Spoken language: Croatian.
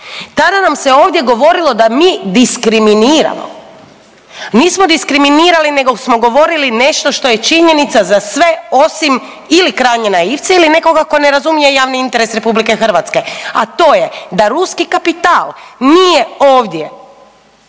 tada nam se ovdje govorilo da mi diskriminiramo. Nismo diskriminirali nego smo govorili nešto što je činjenica za sve osim ili krajnje naivce ili nekoga tko ne razumije javni interes RH, a to je da ruski kapital nije ovdje